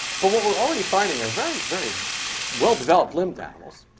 but what we're already finding are very, very well developed limbed animals.